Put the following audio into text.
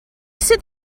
sydd